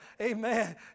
Amen